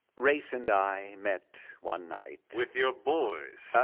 race and i met one night. with your boys.